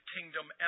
Kingdom